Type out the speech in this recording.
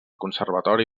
conservatori